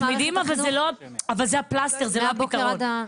מצמידים, אבל זה הפלסטר, זה לא הפיתרון.